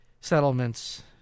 settlements